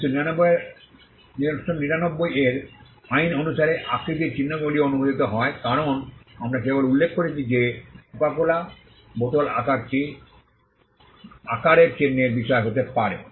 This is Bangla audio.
1999 এর আইন অনুসারে আকৃতির চিহ্নগুলিও অনুমোদিত হয় কারণ আমরা কেবল উল্লেখ করেছি যে কোকা কোলা বোতল আকারটি আকারের চিহ্নের বিষয় হতে পারে